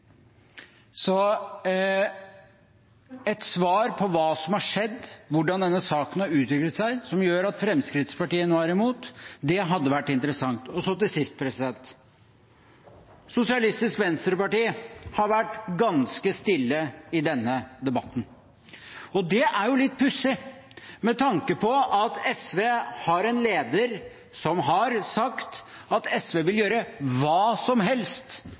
Et svar på hva som har skjedd, hvordan denne saken har utviklet seg, som gjør at Fremskrittspartiet nå er imot, det hadde vært interessant. Og så til sist: Sosialistisk Venstreparti har vært ganske stille i denne debatten. Det er jo litt pussig med tanke på at de har en leder som har sagt at SV vil gjøre hva som helst